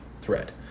thread